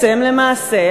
למעשה,